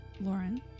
Lauren